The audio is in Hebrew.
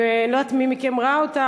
אני לא יודעת מי מכם ראה אותה,